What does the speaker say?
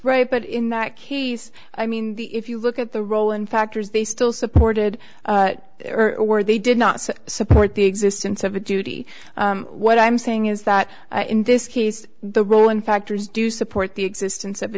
right but in that case i mean the if you look at the role and factors they still supported or were they did not support the existence of a duty what i'm saying is that in this case the rolling factors do support the existence of